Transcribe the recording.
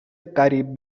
قریب